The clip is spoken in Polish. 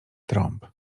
trąb